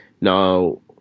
Now